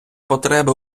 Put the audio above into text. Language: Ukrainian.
потреби